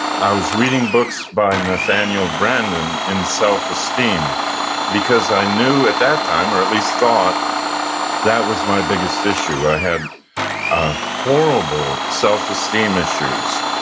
i was reading books by nathaniel branden in self-esteem because i knew at that time, or at least thought that was my biggest issue. i had horrible self-esteem issues.